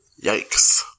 yikes